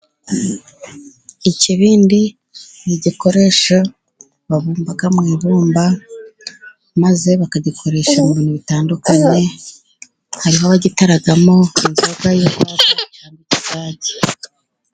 Ikibindi ni igikoresho babumba mu ibumba, maze bakagikoresha mu bintu bitandukanye, hariho abagitaramo inzoga y'urwagwa cyangwa ikigage.